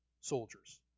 soldiers